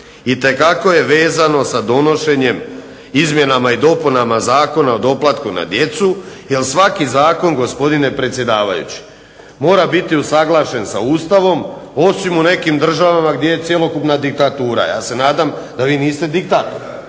itekako vezano sa donošenjem izmjenama i dopunama Zakona o doplatku na djecu, jer svaki zakon gospodine predsjedavajući mora biti usuglašen sa Ustavom osim u nekim državama gdje je cjelokupna diktatura. Ja se nadam da vi niste diktator,